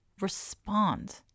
respond